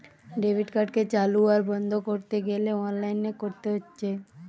debit কার্ডকে চালু আর বন্ধ কোরতে গ্যালে অনলাইনে কোরতে হচ্ছে